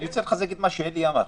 אני רוצה לחזק את מה שאלי אמר,